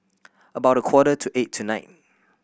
about a quarter to eight tonight